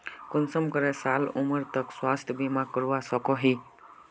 कुंसम करे साल उमर तक स्वास्थ्य बीमा करवा सकोहो ही?